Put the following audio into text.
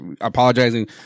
apologizing